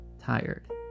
tired